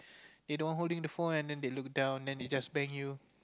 they don't holding the phone and then they look down and they just bang you